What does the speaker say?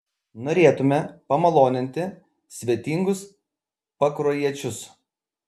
norėtume pamaloninti svetingus pakruojiečius